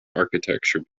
architecture